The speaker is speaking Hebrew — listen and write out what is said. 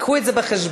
הביאו את זה בחשבון.